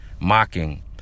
mocking